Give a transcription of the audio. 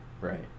right